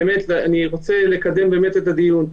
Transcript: אני רוצה לקדם באמת את הדיון.